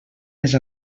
més